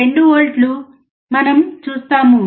2 వోల్ట్ల మనం చూస్తాము